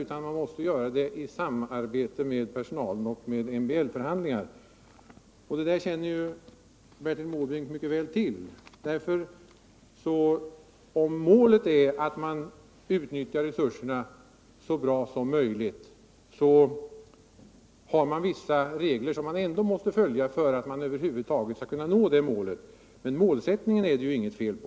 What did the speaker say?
De måste företas i samarbete med personalen efter regelrätta MBL-förhandlingar. Detta känner Bertil Måbrink mycket väl till. Även om målet är att utnyttja resurserna så bra som möjligt är det ändå vissa regler som måste följas för att man över huvud taget skall ha möjligheter att nå målet. Och målsättningen är det ju inget fel på.